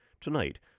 Tonight